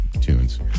tunes